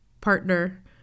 partner